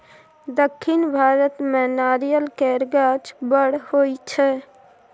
दक्खिन भारत मे नारियल केर गाछ बड़ होई छै